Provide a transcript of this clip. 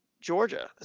Georgia